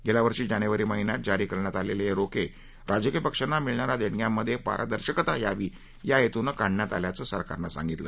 गेल्या वर्षी जानेवारी महिन्यात जारी करण्यात आलेले हे रोखे राजकीय पक्षांना मिळणाऱ्या देणग्यांमधे पारदर्शकता यावी या हेतूनं काढण्यात आल्याचं सरकारनं सांगितलं